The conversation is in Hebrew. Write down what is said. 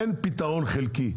אין פתרון חלקי.